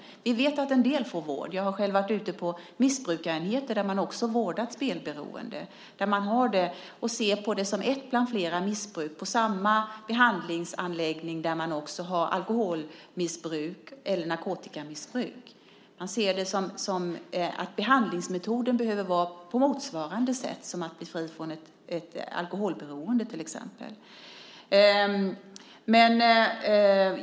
Vi vet att en del får vård. Jag har själv varit ute på missbrukarenheter där man också vårdat spelberoende. Där ser man på det som ett bland flera missbruk. De vårdas på samma behandlingsanläggning där man också vårdar alkoholmissbrukare eller narkotikamissbrukare. Behandlingsmetoden motsvarar den som man använder för bli fri från ett alkoholberoende till exempel.